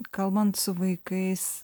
kalbant su vaikais